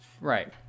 Right